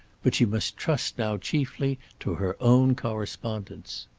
but she must trust now chiefly to her own correspondence.